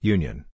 Union